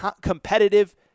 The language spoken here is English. competitive